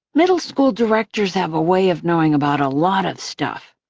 middle-school directors have a way of knowing about a lot of stuff.